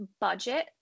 budget